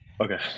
Okay